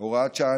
הוראת שעה,